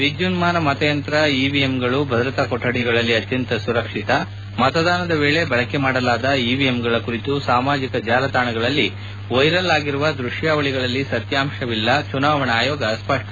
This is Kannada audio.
ವಿದ್ಯುನ್ನಾನ ಮತಯಂತ್ರ ಇವಿಎಂಗಳು ಭದ್ರತಾ ಕೊಠಡಿಗಳಲ್ಲಿ ಅತ್ಯಂತ ಸುರಕ್ಷಿತ ಮತದಾನದ ವೇಳೆ ಬಳಕೆ ಮಾಡಲಾದ ಇವಿಎಂಗಳ ಕುರಿತು ಸಾಮಾಜಿಕ ಜಾಲತಾಣಗಳಲ್ಲಿ ವ್ಲೆರಲ್ ಆಗಿರುವ ದೃಶ್ಯಾವಳಿಗಳಲ್ಲಿ ಸತ್ಯಾಂಶವಿಲ್ಲ ಚುನಾವಣಾ ಆಯೋಗದ ಸ್ಪಷ್ಷನೆ